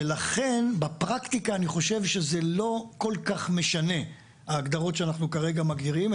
ולכן בפרקטיקה אני חושב שזה לא כל כך משנה ההגדרות שאנחנו כרגע מגדירים.